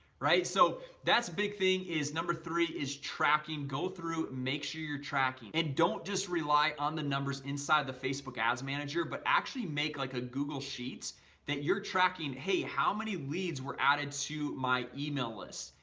right? so that's a big thing is number three is tracking go through make sure you're tracking and don't just rely on the numbers inside the facebook as manager but actually make like a google sheets that you're tracking. hey, how many leads were added to my email list?